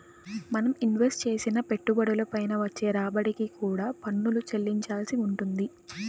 మనం ఇన్వెస్ట్ చేసిన పెట్టుబడుల పైన వచ్చే రాబడికి కూడా పన్నులు చెల్లించాల్సి వుంటది